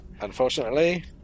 unfortunately